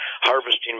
harvesting